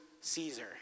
Caesar